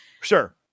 sure